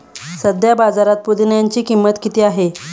सध्या बाजारात पुदिन्याची किंमत किती आहे?